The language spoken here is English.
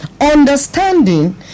Understanding